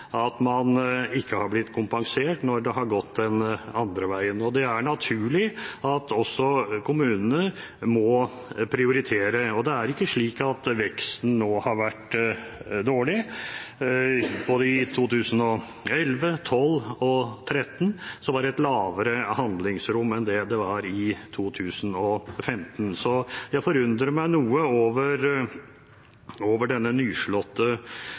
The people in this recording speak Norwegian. at det ikke har blitt kompensert når det har gått den andre veien. Det er naturlig at også kommunene må prioritere. Og det er ikke slik at veksten nå har vært dårlig. Både i 2011, i 2012 og i 2013 var det et lavere handlingsrom enn det har vært i 2014. Så jeg forundrer meg noe over den nyslåtte